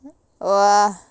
!wah!